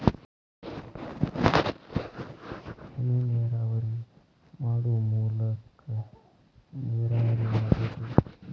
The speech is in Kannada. ಹನಿನೇರಾವರಿ ಮಾಡು ಮೂಲಾಕಾ ನೇರಾವರಿ ಮಾಡುದು